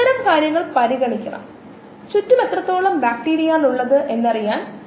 ഇത് നമുക്ക് ലഭ്യമായ ഫയലിൽ നിന്നാണ് വെബ്സൈറ്റുകൾ വീഡിയോകൾ പേപ്പറുകൾ എന്നിവ ശുപാർശ ചെയ്യുന്നു